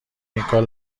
اینکار